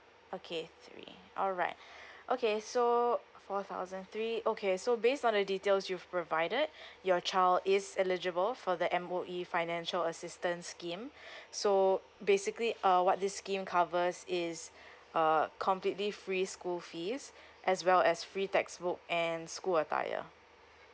okay three alright okay so four thousand three okay so based on the details you've provided your child is eligible for the M_O_E financial assistance scheme so basically uh what this scheme covers is uh completely free school fees as well as free textbook and school attire